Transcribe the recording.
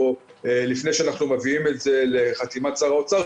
לפני שאנחנו מביאים את זה לחתימת שר האוצר,